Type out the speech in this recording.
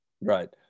right